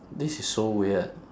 this is so weird